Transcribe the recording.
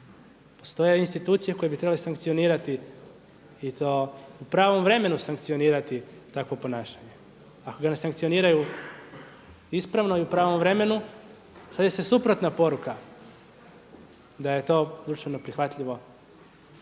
Postoje institucije koje bi trebalo sankcionirati i to u pravom vremenu sankcionirati takvo ponašanje. Ako ga ne sankcioniraju ispravno i u pravom vremenu šalje se suprotna poruka da je to društveno prihvatljivo